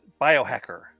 biohacker